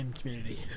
community